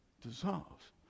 dissolves